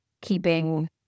keeping